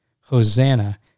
Hosanna